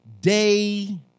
day